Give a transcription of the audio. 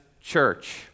Church